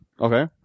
Okay